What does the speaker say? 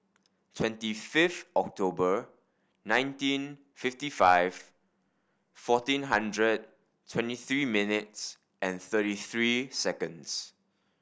twenty fifth October nineteen fifty five fourteen hundred twenty three minutes and thirty three seconds